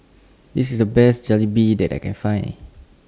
This IS The Best Jalebi that I Can Find